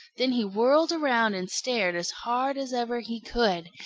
then he whirled around and stared as hard as ever he could,